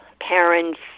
parents